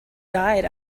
died